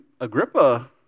Agrippa